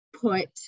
put